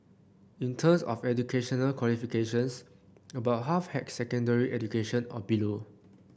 in terms of educational qualifications about half had secondary education or below